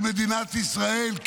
של מדינת ישראל.